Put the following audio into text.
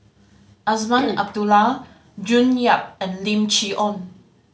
Azman Abdullah June Yap and Lim Chee Onn